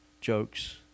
jokes